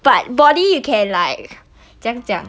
but body you can like 怎样讲